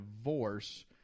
divorce